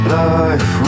life